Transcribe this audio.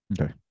Okay